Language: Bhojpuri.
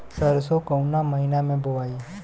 सरसो काउना महीना मे बोआई?